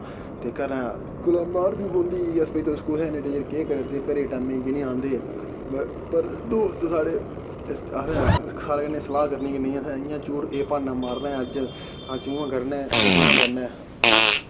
ते घरै कोला मार बी पौंदी ही कि तुस कुत्थै इन्ने चिर करा दे घरे टैमे की नि आंदे पर दोस्त साढ़े सारे कन्नै सलाह करनी कि नेईं अस इ'यां झूठ एह् ब्हान्ना मारने आं अज्ज उ'यां करने आं अज्ज इ'यां करने आं